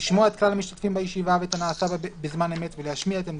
לשמוע את כלל המשתתפים בישיבה ואת הנעשה בה בזמן אמת ולהשמיע את עמדתם.